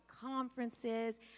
conferences